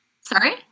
Sorry